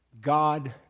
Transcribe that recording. God